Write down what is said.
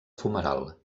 fumeral